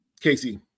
Casey